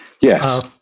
yes